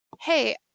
hey